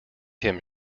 him